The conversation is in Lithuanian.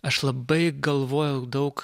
aš labai galvojau daug